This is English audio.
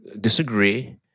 disagree